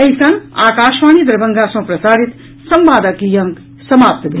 एहि संग आकाशवाणी दरभंगा सँ प्रसारित संवादक ई अंक समाप्त भेल